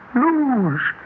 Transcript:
lose